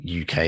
uk